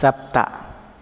सप्त